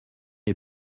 est